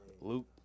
Luke